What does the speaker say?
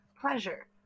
pleasure